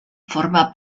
forma